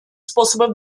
способов